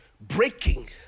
breaking